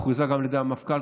הוכרזה גם על ידי המפכ"ל,